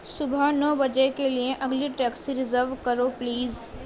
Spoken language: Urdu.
صبح نو بجے کے لیے اگلی ٹیکسی ریزرو کرو پلیز